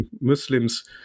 Muslims